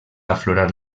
aflorar